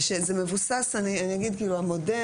המודל,